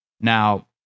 Now